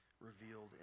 revealed